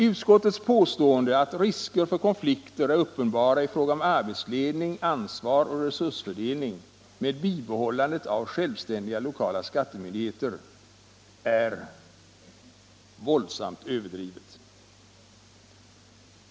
Utskottets påstående att risker för konflikter är uppenbara i fråga om arbetsledning, ansvar och resursfördelning med bibehållandet av självständiga lokala skattemyndigheter är våldsamt överdrivet.